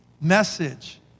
message